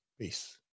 Peace